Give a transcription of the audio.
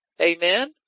Amen